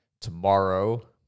tomorrow